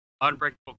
Unbreakable